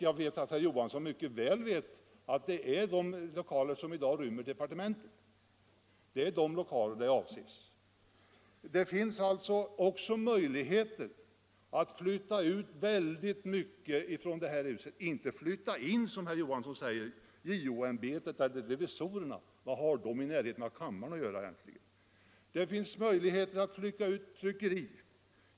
Jag vet att herr Johansson i Trollhättan mycket väl känner till att det är de lokaler som i dag inrymmer departementen. Det finns också möjligheter att flytta ut många funktioner från detta hus — inte att flytta in sådana, som herr Johansson säger. Vad har JO ämbetet eller statsrevisorerna för behov av att ligga i närheten av kammaren?